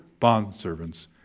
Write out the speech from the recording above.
bondservants